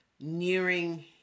nearing